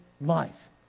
life